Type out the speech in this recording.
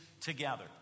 together